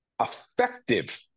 effective